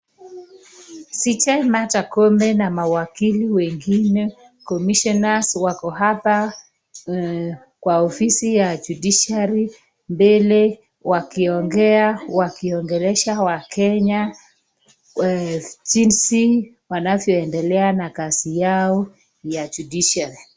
Cj Martha Koome na mawakili wengine commisioners wako hapa kwa ofisi ya judiciary mbele wakiongea, wakiongelesha wakenya jinsi wanavyoendelea na kazi yao ya judiciary .